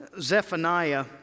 Zephaniah